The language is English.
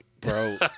bro